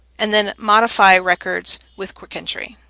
and then modify records with quick entry.